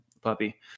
Puppy